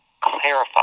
clarify